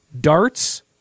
darts